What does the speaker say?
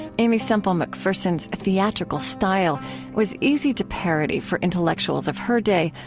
aimee semple mcpherson's theatrical style was easy to parody for intellectuals of her day,